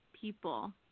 people